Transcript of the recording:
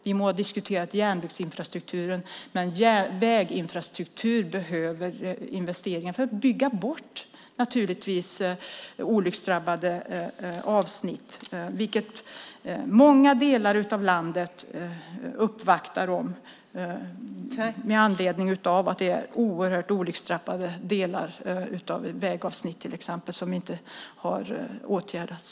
Vi må ha diskuterat järnvägsinfrastrukturen, men väginfrastrukturen behöver investeringar för att man ska kunna bygga bort olycksdrabbade avsnitt. Från många delar av landet uppvaktar man om detta med anledning av att det finns oerhört olycksdrabbade vägavsnitt som inte har åtgärdats.